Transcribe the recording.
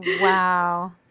Wow